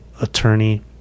attorney